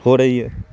ہو رہی ہے